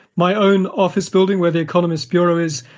my own office building where the economist bureau is,